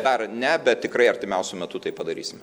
dar ne bet tikrai artimiausiu metu tai padarysime